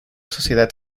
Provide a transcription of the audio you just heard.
sociedad